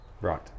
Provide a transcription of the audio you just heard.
Right